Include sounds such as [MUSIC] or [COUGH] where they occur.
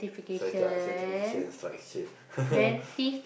sati~ ah satisfaction stucture [LAUGHS]